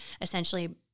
essentially